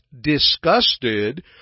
disgusted